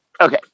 Okay